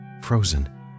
frozen